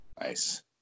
Nice